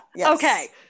okay